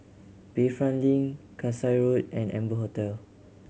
Bayfront Link Kasai Road and Amber Hotel